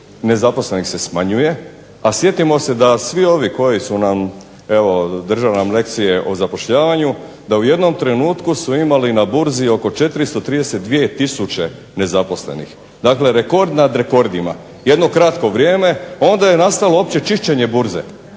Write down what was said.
nezaposlenih se smanjuje, a sjetimo se da svi ovi koji su nam, evo drže nam lekcije o zapošljavanju da u jednom trenutku su imali na burzi oko 432 tisuće nezaposlenih. Dakle, rekord nad rekordima jedno kratko vrijeme, a onda je nastalo opće čišćenje burze.